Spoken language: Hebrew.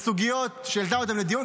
וסוגיות שהיא העלתה אותן לדיון,